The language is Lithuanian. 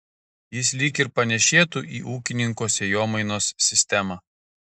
jis lyg ir panėšėtų į ūkininko sėjomainos sistemą